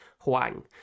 Huang